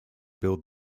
build